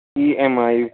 EMI